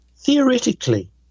Theoretically